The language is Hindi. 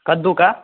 कद्दू का